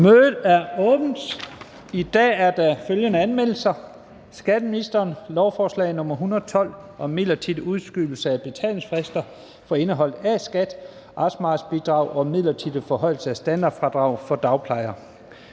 Mødet er åbnet. I dag er der følgende anmeldelser: Skatteministeren (Jeppe Bruus): Lovforslag nr. L 112 (Forslag til lov om midlertidig udskydelse af betalingsfrister for indeholdt A-skat og arbejdsmarkedsbidrag og midlertidig forhøjelse af standardfradraget for dagplejere).